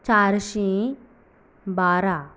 चारशीं बारा